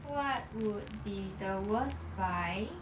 what would be the worst buy